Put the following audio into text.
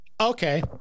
Okay